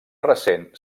recent